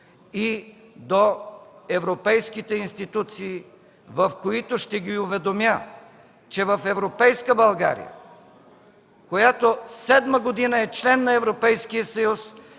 и до европейските институции, в които ще ги уведомя, че в европейска България, която седма година е член на Европейския съюз,